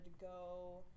go